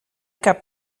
cap